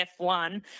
F1